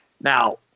now